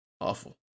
Awful